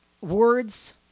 words